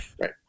right